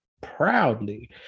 proudly